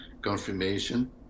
confirmation